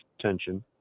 tension